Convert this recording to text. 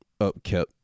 upkept